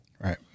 Right